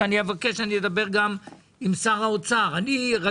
אני אדבר גם עם שר האוצר.